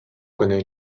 connaît